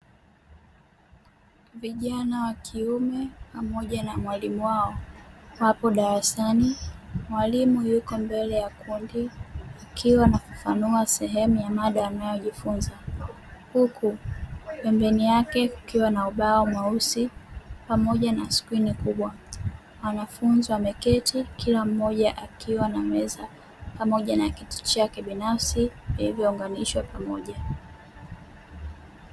Vijana wa kiume pamoja na mwalimu wao wapo darasani. Mwalimu yuko mbele ya kundi, akiwa anafafanua sehemu ya mada wanayojifunza. Pembeni yake kuna ubao mweusi pamoja na skrini kubwa. Wanafunzi wameketi, kila mmoja akiwa na meza pamoja na kiti chake binafsi vilivyounganishwa pamoja.